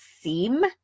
seem